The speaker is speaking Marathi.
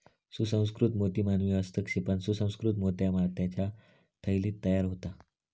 सुसंस्कृत मोती मानवी हस्तक्षेपान सुसंकृत मोत्या मोत्याच्या थैलीत तयार होता